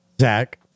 zach